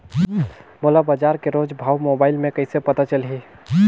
मोला बजार के रोज भाव मोबाइल मे कइसे पता चलही?